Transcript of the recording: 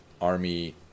army